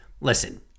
Listen